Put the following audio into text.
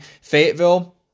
Fayetteville